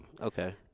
Okay